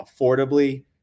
affordably